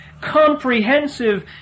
comprehensive